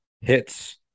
hits